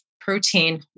protein